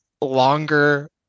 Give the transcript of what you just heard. longer